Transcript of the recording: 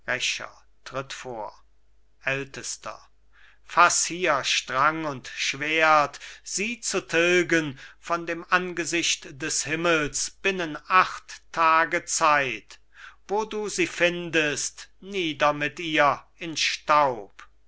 ältester faß hier strang und schwert sie zu tilgen von dem angesicht des himmels binnen acht tage zeit wo du sie findest nieder mit ihr in staub